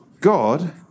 God